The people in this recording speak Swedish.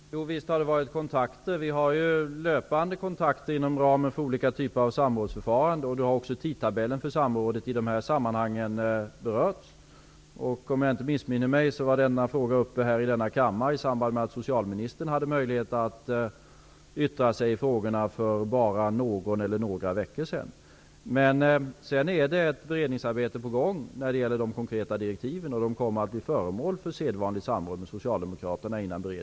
Fru talman! Visst har det tagits kontakt. Vi har löpande kontakter inom ramen för olika typer av samrådsförfarande, och tidtabellen för samrådet i de här sammanhangen har berörts. Om jag inte missminner mig, togs denna fråga uppe här i kammaren i samband med att socialministern hade möjlighet att yttra sig i dessa frågor för bara några veckor sedan. Det är också ett beredningsarbete på gång när det gäller de konkreta direktiven, och de kommer att bli föremål för sedvanligt samråd med